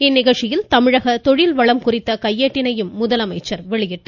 இந்நிகழ்ச்சியில் தமிழக தொழில் வளம் குறித்த கையேட்டினை முதலமைச்சர் வெளியிட்டார்